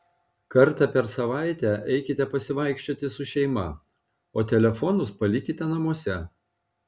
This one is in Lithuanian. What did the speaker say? kartą per savaitę eikite pasivaikščioti su šeima o telefonus palikite namuose